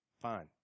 Fine